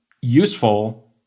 useful